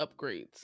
upgrades